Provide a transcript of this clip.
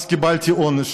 אז קיבלתי עונש.